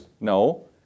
No